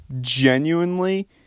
genuinely